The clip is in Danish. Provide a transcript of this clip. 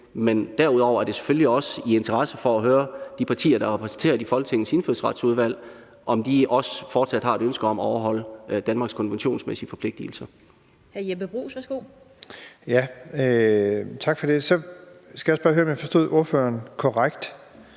Men derudover er det selvfølgelig også af interesse for at høre, om de partier, der er repræsenteret i Folketingets Indfødsretsudvalg, fortsat har et ønske om at overholde Danmarks konventionsmæssige forpligtigelser. Kl. 16:31 Den fg. formand (Annette